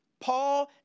Paul